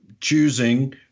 choosing